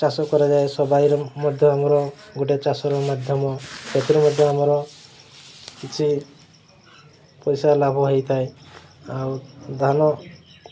ଚାଷ କରାଯାଏ ସବାଇରେ ମଧ୍ୟ ଆମର ଗୋଟିଏ ଚାଷର ମାଧ୍ୟମ ସେଥିରୁ ମଧ୍ୟ ଆମର କିଛି ପଇସା ଲାଭ ହୋଇଥାଏ ଆଉ ଧାନ